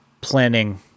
planning